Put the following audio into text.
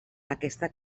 aquesta